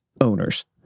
owners